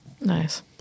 Nice